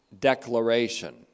declaration